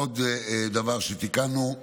עוד דבר שתיקנו: